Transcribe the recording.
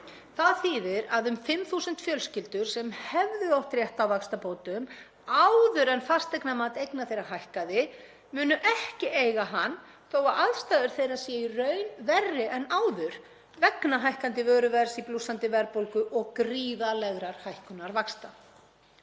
Það þýðir að um 5.000 fjölskyldur sem hefðu átt rétt á vaxtabótum áður en fasteignamat eigna þeirra hækkaði munu ekki eiga hann þó að aðstæður þeirra séu í raun verri en áður vegna hækkandi vöruverðs í blússandi verðbólgu og gríðarlegrar hækkunar vaxta.